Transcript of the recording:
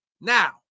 now